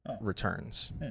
Returns